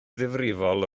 ddifrifol